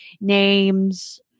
names